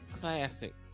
Classic